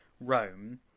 Rome